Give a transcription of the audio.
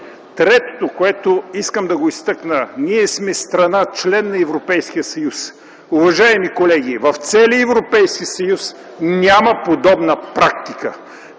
Третото, което искам да изтъкна – ние сме страна, член на Европейския съюз. Уважаеми колеги, в целия Европейски съюз няма подобна практика.